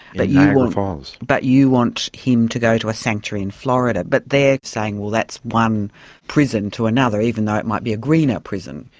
niagara falls. but you want him to go to a sanctuary in florida, but they are saying, well, that's one prison to another, even though it might be a greener prison.